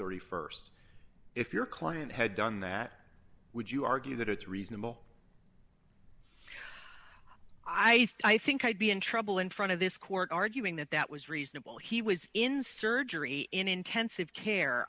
st if your client had done that would you argue that it's reasonable i think i'd be in trouble in front of this court arguing that that was reasonable he was in surgery in intensive care